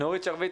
נורית שרביט,